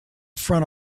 front